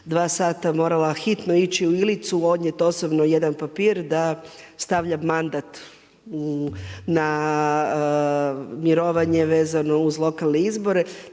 dva sata morala hitno ići u Ilicu odnijeti osobno jedan papir da stavljam mandat na mirovanje vezano uz lokalne izbore.